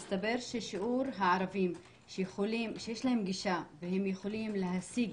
מסתבר ששיעור הערבים שיש להם גישה והם יכולים להשיג